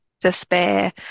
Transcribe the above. despair